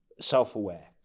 self-aware